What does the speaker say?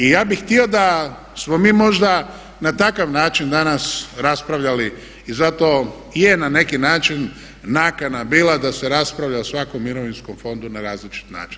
I ja bih htio da smo mi možda na takav način danas raspravljali i zato je na neki način nakana bila da se raspravlja o svakom mirovinskom fondu na različit način.